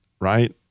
right